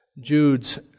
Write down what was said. Jude's